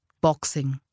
boxing